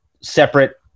separate